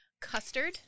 custard